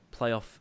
playoff